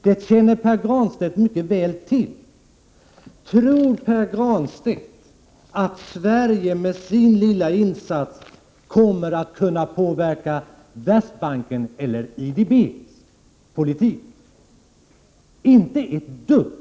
Det känner Pär Granstedt mycket väl till. Tror Pär Granstedt att Sverige med sin lilla insats kommer att kunna påverka Världsbankens eller IDB:s politik? Inte ett dugg.